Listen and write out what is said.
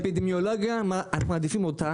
כשמדובר על בריאות אפידמיולוגיה אנחנו מעדיפים אותה